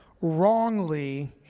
wrongly